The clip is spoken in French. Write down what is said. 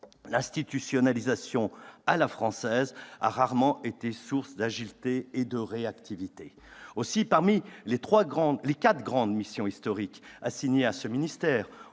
L'institutionnalisation à la française a rarement été source d'agilité et de réactivité ... Parmi les quatre grandes missions historiques assignées à ce ministère-